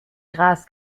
gras